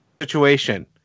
situation